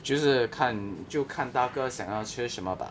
就是看就看大哥想要吃什么 bah